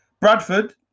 Bradford